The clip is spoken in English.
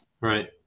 Right